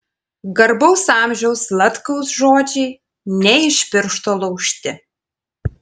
garbaus amžiaus zlatkaus žodžiai ne iš piršto laužti